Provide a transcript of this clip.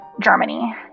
Germany